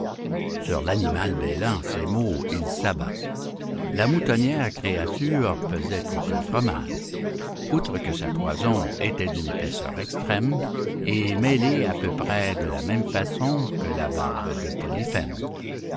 sur l'animal bêlant à ces mots il s'abat la moutonnière créature pesait plus qu'un fromage outre que sa toison était d'une épaisseur extrême et mêlée à peu près de la même façon que la barbe de polyphême